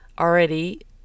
already